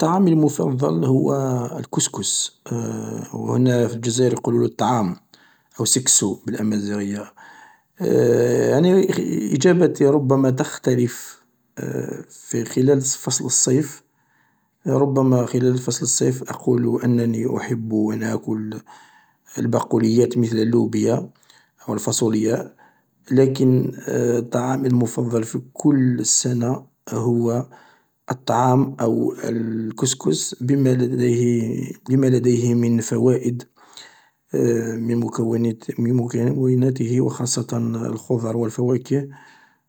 طعامي المفضل هو الكسكس و هنا في الجزائر يقولولو الطعام أو سكسو بالأمازيغية يعني إجابتي ربما تختلف في خلال فصل الصيف ربما خلال فصل الصيف أقول أنني أحب أن آكل البقوليات مثل اللوبيا أو الفاصولياء لكن طعامي المفضل في كل السنة هو الطعام أو الكسكس بما لديه لما لديه من فوائد من مكوناته و خاصة الخضر و الفواكه